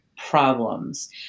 problems